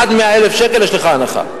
עד 100,000 שקל יש לך הנחה.